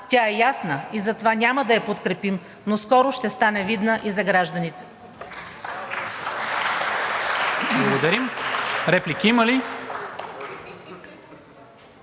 тя е ясна и затова няма да я подкрепим, но скоро ще стане видна и за гражданите.